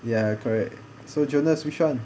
ya correct so jonas which one